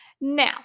Now